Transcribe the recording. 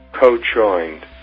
co-joined